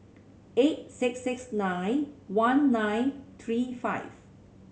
eight six six nine one nine three five